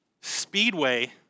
Speedway